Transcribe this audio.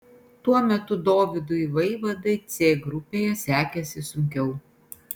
tuo metu dovydui vaivadai c grupėje sekėsi sunkiau